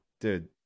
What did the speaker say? dude